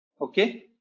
Okay